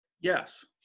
Yes